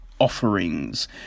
Offerings